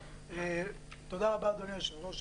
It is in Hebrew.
תודה רבה, אדוני היושב-ראש,